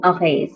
Okay